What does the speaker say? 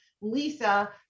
Lisa